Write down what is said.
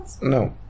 No